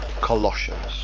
Colossians